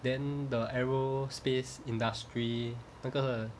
then the aerospace industry 那个